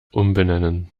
umbenennen